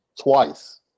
twice